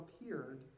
appeared